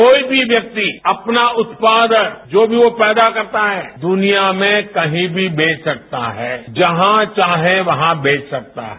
कोई भी व्यक्ति अपना उत्पादन जो भी वो पैदा करता है दुनिया में कहीं भी बेच सकता है जहां चाहे वहां बेच सकता है